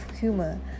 humor